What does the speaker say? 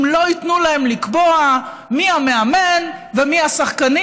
אם לא ייתנו להם לקבוע מי המאמן ומי השחקנים.